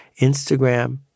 Instagram